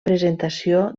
presentació